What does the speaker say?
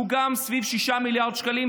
שהוא גם סביב 6 מיליארד שקלים,